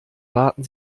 waten